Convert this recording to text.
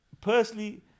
personally